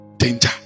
danger